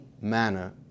manner